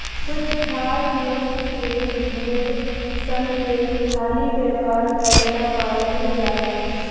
कुछ खास नस्ल के भेड़ सन के खाली व्यापार करेला पालल जाला